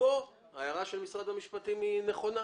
כאן ההערה של משרד המשפטים היא נכונה.